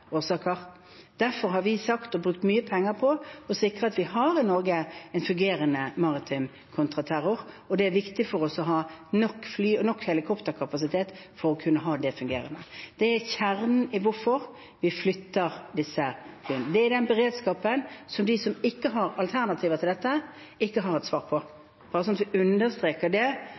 Derfor har vi brukt mye penger på å sikre at vi i Norge har en fungerende maritim kontraterrorvirksomhet, og da er det viktig for oss å ha nok helikopterkapasitet. Det er kjernen i hvorfor vi flytter disse. Det er den beredskapen som de som ikke har alternativer til dette, ikke har et svar på. Bare for å understreke det: Det